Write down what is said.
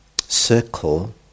circle